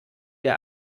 der